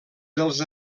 dels